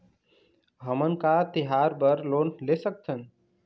हमन का तिहार बर लोन ले सकथन?